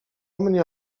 mnie